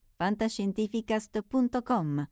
fantascientificast.com